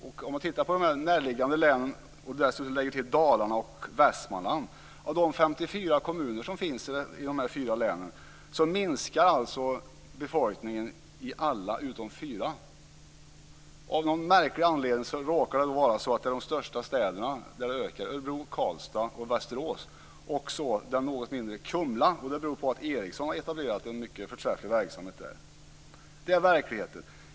Om man tittar på de närliggande länen och dessutom lägger till Dalarna och Västmanland minskar befolkningen i alla de 54 kommuner som finns i dessa län utom i fyra kommuner. Av någon märklig anledning råkar det vara så att befolkningen ökar i de största städerna Örebro, Karlstad och Västerås. Det gäller också den mindre kommunen Kumla, och det beror på att Ericsson har etablerat en mycket förträfflig verksamhet där. Så är verkligheten.